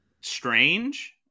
strange